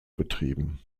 betrieben